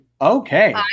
okay